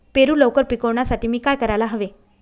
पेरू लवकर पिकवण्यासाठी मी काय करायला हवे?